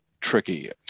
tricky